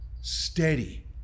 steady